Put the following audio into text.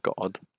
God